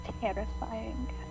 terrifying